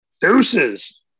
deuces